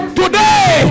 today